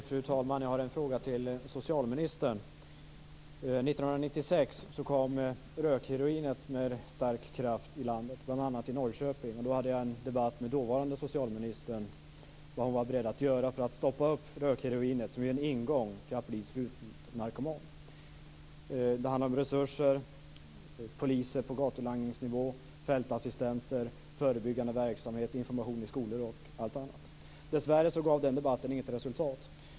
Fru talman! Jag har en fråga till socialministern. År 1996 kom rökheroinet med stor kraft i landet, bl.a. i Norrköping. Jag hade då en debatt med den dåvarande socialministern om vad hon var beredd att göra för att stoppa rökheroinet, som är en ingång till att bli sprutnarkoman. Det handlade om resurser, poliser på gatulangningsnivå, fältassistenter, förebyggande verksamhet, information i skolor osv. Dessvärre gav den debatten inget resultat.